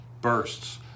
bursts